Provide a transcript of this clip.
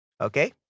okay